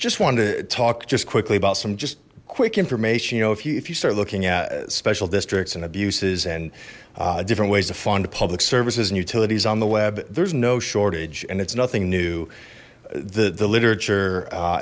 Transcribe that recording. just wanted to talk just quickly about some just quick information you know if you if you start looking at special districts and abuses and different ways to fund public services and utilities on the web there's no shortage and it's nothing new the the literature